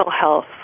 health